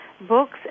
books